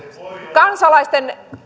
kansalaisten